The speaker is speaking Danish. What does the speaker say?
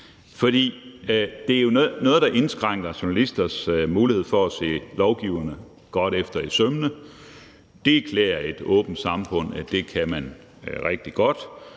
det er jo noget, der indskrænker journalisters mulighed for at se lovgiverne godt efter i sømmene. Det klæder et åbent samfund, at man kan det.